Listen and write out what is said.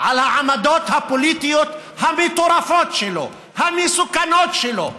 על העמדות הפוליטיות המטורפות שלו, המסוכנות שלו.